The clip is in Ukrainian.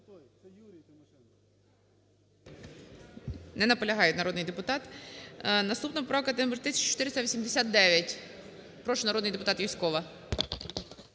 Не наполягає народний депутат. Наступна поправка номер 1489. Прошу, народний депутат Юзькова.